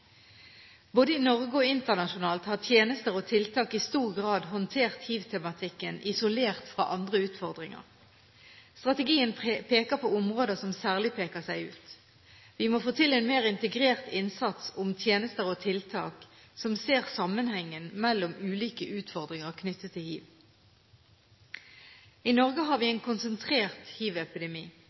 Både i Norge og internasjonalt har tjenester og tiltak i stor grad håndtert hivtematikken isolert fra andre utfordringer. Strategien peker på områder som særlig peker seg ut. Vi må få til en mer integrert innsats når det gjelder tjenester og tiltak, som ser sammenhengen mellom ulike utfordringer knyttet til hiv. I Norge har vi en konsentrert hivepidemi.